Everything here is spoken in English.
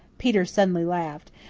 peter suddenly laughed.